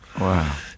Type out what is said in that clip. Wow